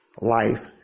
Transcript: life